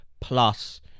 plus